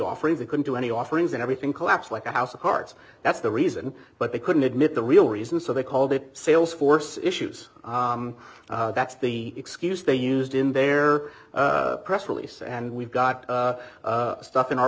offering that could do any offerings and everything collapsed like a house of cards that's the reason but they couldn't admit the real reason so they call the sales force issues that's the excuse they used in their press release and we've got stuff in our